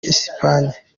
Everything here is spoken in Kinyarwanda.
esipanye